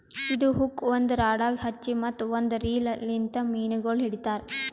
ಇದು ಹುಕ್ ಒಂದ್ ರಾಡಗ್ ಹಚ್ಚಿ ಮತ್ತ ಒಂದ್ ರೀಲ್ ಲಿಂತ್ ಮೀನಗೊಳ್ ಹಿಡಿತಾರ್